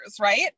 Right